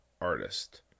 artist